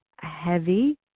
heavy